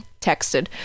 texted